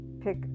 pick